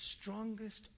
strongest